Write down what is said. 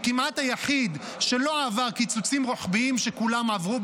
הוא כמעט היחיד שלא עבר קיצוצים רוחביים שכולם עברו,